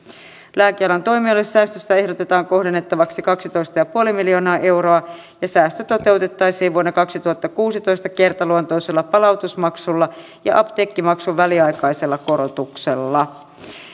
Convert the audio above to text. lääkealan toimijoille säästöstä ehdotetaan kohdennettavaksi kaksitoista pilkku viisi miljoonaa euroa ja säästö toteutettaisiin vuonna kaksituhattakuusitoista kertaluontoisella palautusmaksulla ja apteekkimaksun väliaikaisella korotuksella